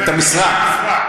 את המשרה.